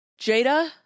Jada